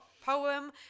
poem